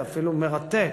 זה אפילו מרתק,